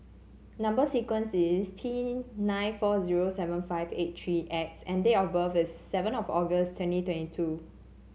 number sequence is T nine four zero seven five eight three X and date of birth is seven of August twenty twenty two